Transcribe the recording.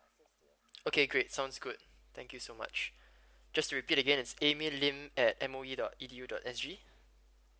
okay great sounds good thank you so much just repeat again it's amy lim at M O E dot E D U dot S G